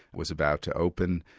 was about to open,